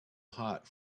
hot